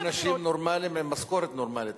תביאו אנשים נורמלים עם משכורת נורמלית.